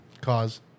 cause